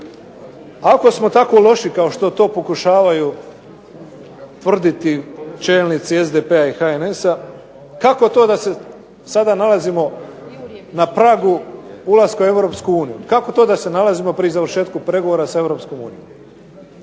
ako smo toliko loši kao što to pokušavaju utvrditi čelnici SDP-a i HNS-a kako to da se sada nalazimo na pragu ulaska u Europsku uniju. Kako to da se sada nalazimo pri završetku pregovora sa